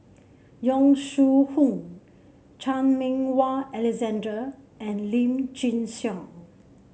Yong Shu Hoong Chan Meng Wah Alexander and Lim Chin Siong